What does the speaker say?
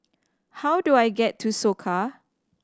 how do I get to Soka